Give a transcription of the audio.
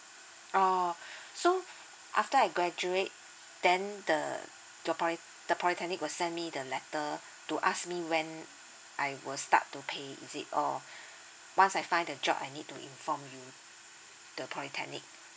oh so after I graduate then the the poly the polytechnic will send me the letter to ask me when I will start to pay is it or once I find the job I need to inform you the polytechnic